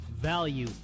Value